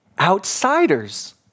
outsiders